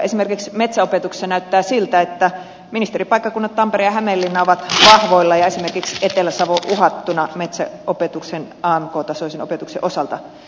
esimerkiksi metsäopetuksessa näyttää siltä että ministeripaikkakunnat tampere ja hämeenlinna ovat vahvoilla ja esimerkiksi etelä savo uhattuna metsäopetuksen amk tasoisen opetuksen osalta